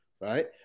right